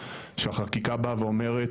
שהחקיקה באה ואומרת,